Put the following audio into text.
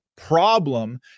problem